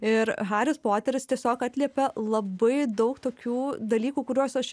ir haris poteris tiesiog atliepia labai daug tokių dalykų kuriuos aš